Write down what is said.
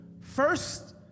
First